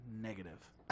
negative